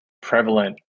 prevalent